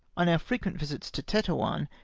on our frequent visits to tetuan,